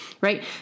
right